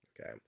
okay